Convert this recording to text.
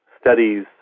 studies